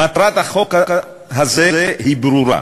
מטרת החוק הזה ברורה: